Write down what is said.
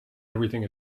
everything